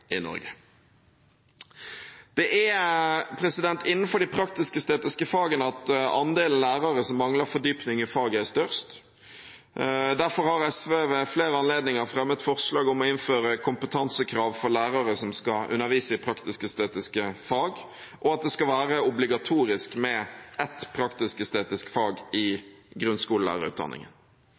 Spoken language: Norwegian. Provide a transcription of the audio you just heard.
i Norge. Det er innenfor de praktisk-estetiske fagene at andelen lærere som mangler fordypning i faget, er størst. Derfor har SV ved flere anledninger fremmet forslag om å innføre kompetansekrav for lærere som skal undervise i praktisk-estetiske fag, og om at det skal være obligatorisk med ett praktisk-estetisk fag i grunnskolelærerutdanningen.